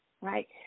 right